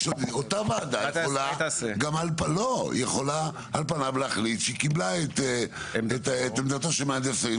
אותה וועדה יכולה על פניו להחליט שקיבלה את עמדתו של מהנדס העיר,